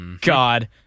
God